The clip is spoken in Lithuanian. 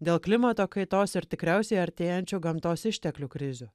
dėl klimato kaitos ir tikriausiai artėjančių gamtos išteklių krizių